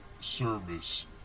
service